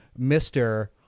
Mr